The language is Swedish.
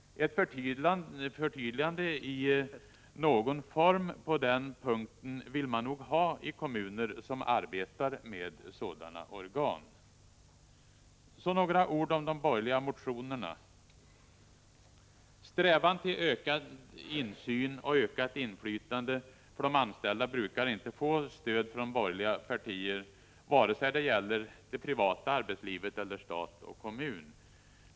Ett förtydligande på den punkten vill man nog ha i kommuner som arbetar med sådana organ. Så några ord om de borgerliga motionerna. Strävan till ökad insyn och ökat inflytande för de anställda brukar inte få stöd från de borgerliga partierna, vare sig det gäller det privata arbetslivet eller stat och kommun.